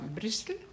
Bristol